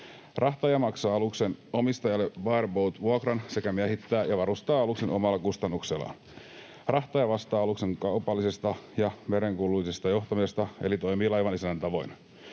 Rahtaaja maksaa aluksen omistajalle bareboat-vuokran sekä miehittää ja varustaa aluksen omalla kustannuksellaan. Rahtaaja vastaa aluksen kaupallisesta ja merenkulullisesta johtamisesta eli toimii laivanisännän tavoin.